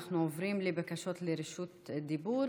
אנחנו עוברים לבקשות רשות דיבור.